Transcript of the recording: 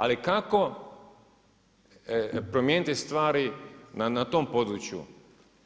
Ali kako promijeniti stvari na tom području